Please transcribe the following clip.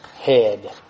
head